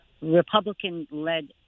Republican-led